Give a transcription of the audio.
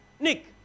Nick